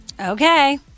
Okay